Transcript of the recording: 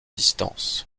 distances